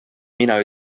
mina